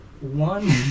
one